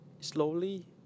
slowly